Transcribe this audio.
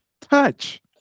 touch